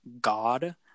God